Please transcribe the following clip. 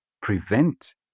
prevent